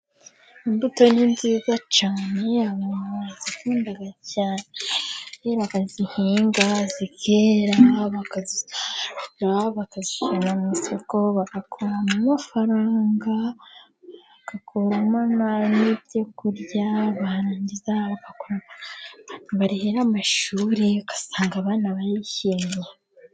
Imbuto ni nziza cyane. Yaba abantu barazikunda cyane, bakazinga zikera, bakazisarura, bakazijyana mu isoko, bagakuramo amafaranga, bagakuramo n’ay’ibyo kurya, barangiza bagakuramo amafaranga barihira amashuri. Ugasanga abana barishimye.